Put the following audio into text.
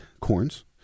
corns